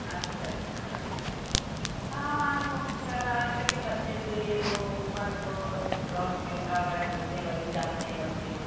अच्छा अच्छा हाँ आब तो खैर आज कल के बच्चे तो ये जो ऊपर जो ड्रोन कैमरा वगैरह चलते हैं वही चाहते हैं बच्चे